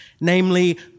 Namely